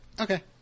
Okay